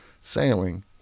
Sailing